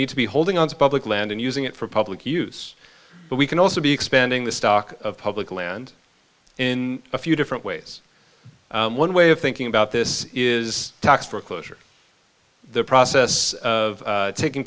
need to be holding on to public land and using it for public use but we can also be expanding the stock of public land in a few different ways one way of thinking about this is tax foreclosure the process of taking